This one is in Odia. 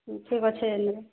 ଠିକ ଅଛେ